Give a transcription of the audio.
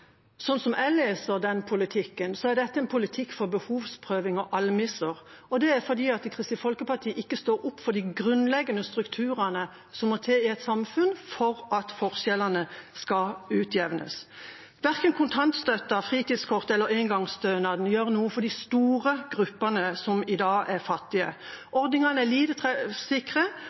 og det er fordi Kristelig Folkeparti ikke står opp for de grunnleggende strukturene som må til i et samfunn for at forskjellene skal utjevnes. Verken kontantstøtten, fritidskortet eller engangsstønaden gjør noe for de store gruppene som i dag er fattige. Ordningene er lite